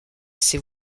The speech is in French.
ses